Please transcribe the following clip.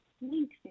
Link